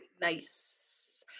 nice